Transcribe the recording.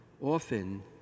often